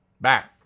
Back